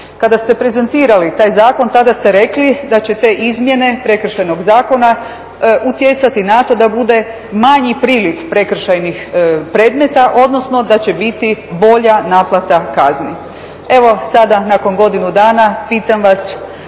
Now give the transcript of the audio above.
Kada ste prezentirali taj zakon tada ste rekli da će te izmjene Prekršajnog zakona utjecati na to da bude manji priliv prekršajnih predmeta, odnosno da će biti bolja naplata kazna. Evo sada nakon godinu dana pitam vas